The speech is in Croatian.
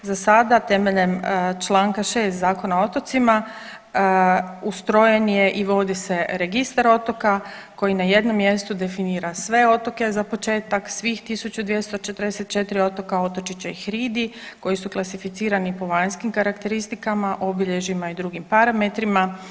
Za sada temeljem čl. 6. Zakona o otocima ustrojen je i vodi se registar otoka koji na jednom mjestu definira sve otoke za početak svih 1244 otoka, otočića i hridi koji su klasificirani po vanjskim karakteristikama, obilježjima i drugim parametrima.